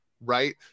right